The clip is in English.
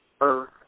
earth